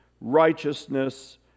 righteousness